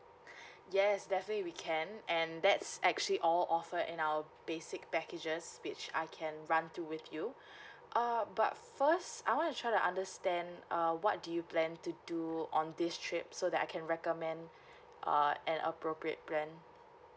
yes definitely we can and that's actually all offer in our basic packages which I can run through with you uh but first I want to try to understand uh what do you plan to do on this trip so that I can recommend err an appropriate plan